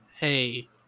hey